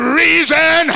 reason